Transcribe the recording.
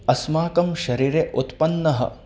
अस्माकं शरीरे उत्पन्नः